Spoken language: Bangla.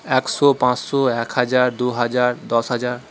একশো পাঁসশো একহাজার দুহাজার দশ হাজার